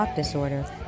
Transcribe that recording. disorder